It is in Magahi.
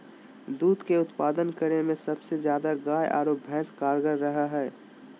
दूध के उत्पादन करे में सबसे ज्यादा गाय आरो भैंस कारगार रहा हइ